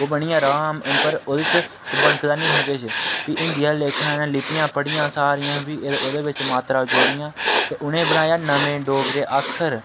ओह् बनी आ राम पर ओह्दे च बनकदा नेहा किश फ्ही हिंदी आह्ले लेखा लिपियां पढ़ियां सारियां भी ओह्दे बिच मात्रा जोड़ियां ते उ'नें ई बनाया नमें डोगरें अक्खर